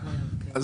מה